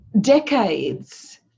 decades